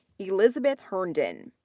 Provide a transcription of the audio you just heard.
elizabeth herndon,